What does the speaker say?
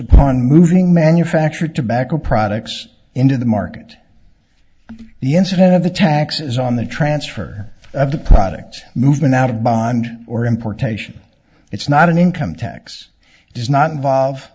upon moving manufactured tobacco products into the market the incident of the taxes on the transfer of the product movement out of bond or importation it's not an income tax does not involve